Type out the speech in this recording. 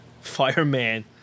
Fireman